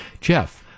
Jeff